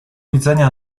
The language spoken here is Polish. widzenia